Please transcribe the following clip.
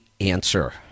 answer